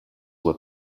were